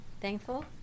Thankful